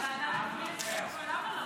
ועדת הכנסת, למה לא?